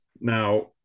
now